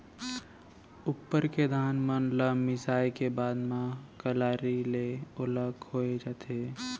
उप्पर के धान मन ल मिसाय के बाद म कलारी ले ओला खोय जाथे